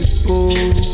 people